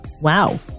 wow